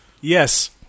Yes